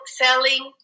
selling